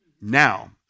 Now